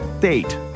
date